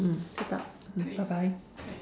mm bye bye mm bye bye